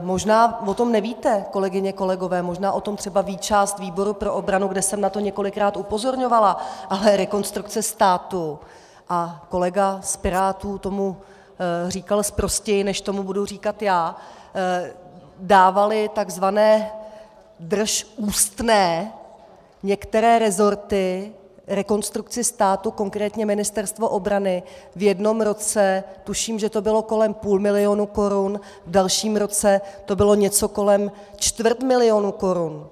Možná o tom nevíte, kolegyně, kolegové, možná o tom třeba ví část výboru pro obranu, kde jsem na to několikrát upozorňovala, ale Rekonstrukce státu, a kolega z Pirátů tomu říkal sprostěji, než tomu budu říkat já, dávali takzvané držústné některé resorty Rekonstrukci státu, konkrétně Ministerstvo obrany v jednom roce tuším, že to bylo kolem půl milionu korun, v dalším roce to bylo něco kolem čtvrt milionu korun.